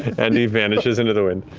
and he vanishes into the wind.